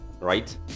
right